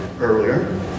earlier